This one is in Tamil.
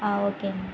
ஓகே அண்ணா